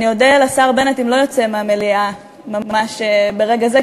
אני אודה לשר בנט אם לא יצא מהמליאה ממש ברגע זה,